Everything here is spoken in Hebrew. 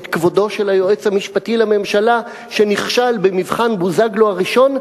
את כבודו של היועץ המשפטי לממשלה שנכשל במבחן בוזגלו הראשון,